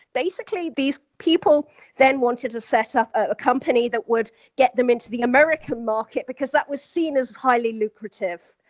basically, these people then wanted to set up a company that would get them into the american market, because that was seen as highly lucrative,